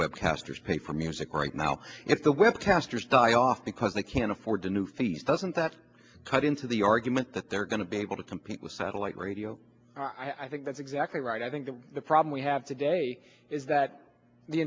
web casters pay for music right now if the web casters die off because they can't afford the new fees doesn't that cut into the argument that they're going to be able to compete with satellite radio i think that's exactly right i think the problem we have today is that the